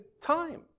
time